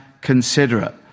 considerate